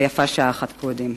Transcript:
ויפה שעה אחת קודם.